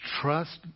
trust